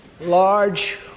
large